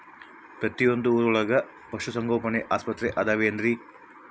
ಪ್ರತಿಯೊಂದು ಊರೊಳಗೆ ಪಶುಸಂಗೋಪನೆ ಆಸ್ಪತ್ರೆ ಅದವೇನ್ರಿ?